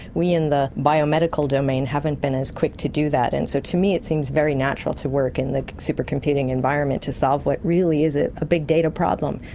we in the biomedical domain haven't been as quick to do that, and so to me it seems very natural to work in the supercomputing environments to solve what really is a ah big data problem.